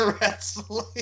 wrestling